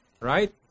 Right